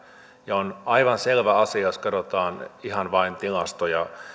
on aivan selvä asia jos katsotaan ihan vain tilastoja